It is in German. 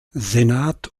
senat